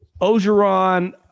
Ogeron